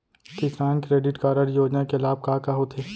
किसान credit card योजना के लाभ का का होथे?